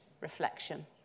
reflection